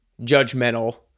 judgmental